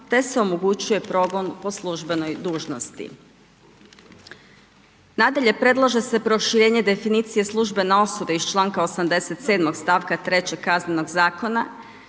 te se omogućuje progon po službenoj dužnosti. Nadalje, predlaže se proširenje definicije službena osoba iz članka 87. stavka 3. Kaznenog zakona